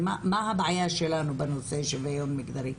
מה הבעיה שלנו בנושא שוויון מגדרי?